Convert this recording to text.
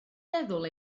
meddwl